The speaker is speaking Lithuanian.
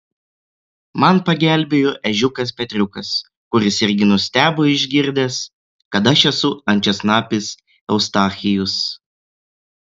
man pagelbėjo ežiukas petriukas kuris irgi nustebo išgirdęs kad aš esu ančiasnapis eustachijus